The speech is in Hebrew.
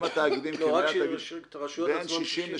לא, רק הרשויות עצמן 60?